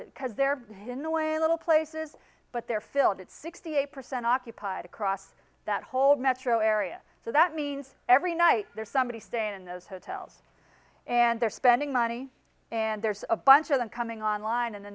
it because they're in the way little places but they're filled at sixty eight percent occupied across that whole metro area so that means every night there's somebody staying in those hotels and they're spending money and there's a bunch of them coming online in the